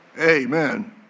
Amen